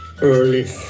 early